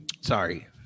Sorry